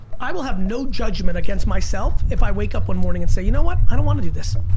i will have no judgment against myself, if i wake up one morning and say, you know what? i don't wanna do this.